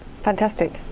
fantastic